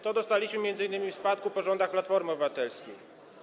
To dostaliśmy m.in. w spadku po rządach Platformy Obywatelskiej.